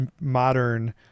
modern